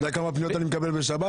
אתה יודע כמה פניות אני מקבל בשבת?